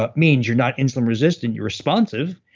but means you're not insulin-resistant. you're responsive,